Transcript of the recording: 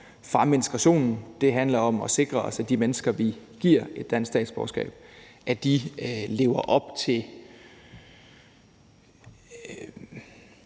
fremme integrationen, det handler om at sikre os, at de mennesker, vi giver et dansk statsborgerskab, lever op til